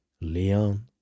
Leon